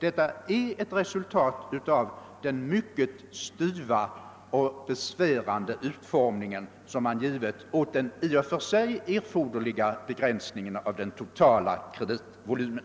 Detta är ett resultat av den mycket stela och besvärande utformning som man har givit åt den i och för sig erforderliga begränsningen av den totala kreditvolymen.